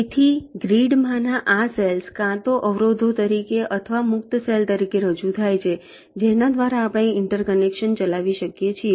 તેથી ગ્રીડમાંના આ સેલ્સ કાં તો અવરોધો તરીકે અથવા મુક્ત સેલ તરીકે રજૂ થાય છે જેના દ્વારા આપણે ઇન્ટરકનેક્શન ચલાવી શકીએ છીએ